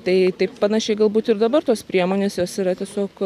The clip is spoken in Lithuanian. tai taip panašiai galbūt ir dabar tos priemonės jos yra tiesiog